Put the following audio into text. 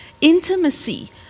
Intimacy